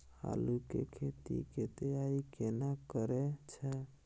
आलू के खेती के तैयारी केना करै छै?